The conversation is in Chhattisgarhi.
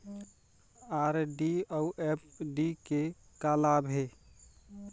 आर.डी अऊ एफ.डी के का लाभ हे?